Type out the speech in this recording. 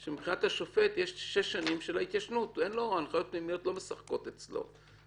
שמבחינת השופט יש שש שנים של התיישנות והנחיות פנימיות לא משחקות אצלו?